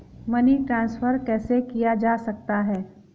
Money transfer कैसे किया जा सकता है?